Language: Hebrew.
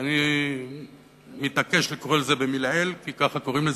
ואני מתעקש לקרוא את זה במלעיל כי ככה קוראים לזה,